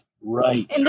Right